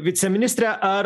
viceministre ar